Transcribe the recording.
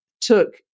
took